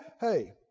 Hey